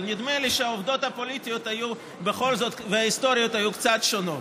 אבל נדמה לי שהעובדות הפוליטיות וההיסטוריות היו קצת שונות.